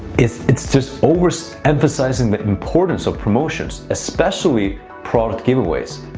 it's it's just over-emphasizing the importance of promotions, especially product giveaways.